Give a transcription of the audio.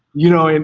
you know and